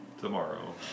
tomorrow